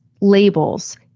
labels